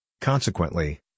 Consequently